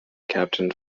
captain